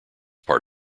part